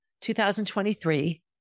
2023